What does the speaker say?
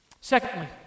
Secondly